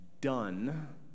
done